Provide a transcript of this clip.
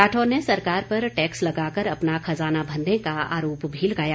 राठौर ने सरकार पर टैक्स लगाकर अपना खजाना भरने का आरोप भी लगाया